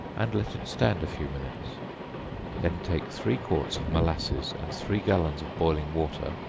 and let it stand a few minutes then take three quarts of molasses, and three gallons of boiling water,